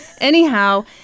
Anyhow